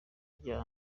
rya